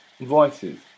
voices